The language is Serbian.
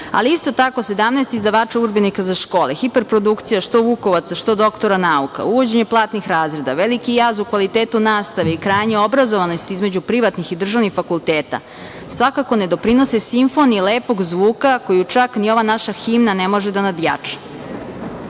Ali, isto tako, 17 izdavača udžbenika za škole, hiperprodukcija, što vukovaca, što doktora nauka, uvođenje platnih razreda, veliki jaz u kvalitetu nastave i krajnje obrazovanost između privatnih i državnih fakulteta, svakako ne doprinose simfoniji lepog zvuka, koju čak ni ova naša himna ne može da nadjača. Danas